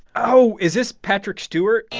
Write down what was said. oh, is this patrick stewart?